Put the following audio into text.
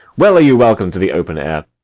well are you welcome to the open air.